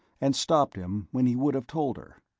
and stopped him when he would have told her.